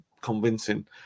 convincing